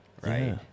right